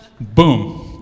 Boom